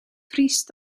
vriest